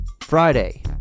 Friday